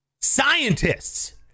Scientists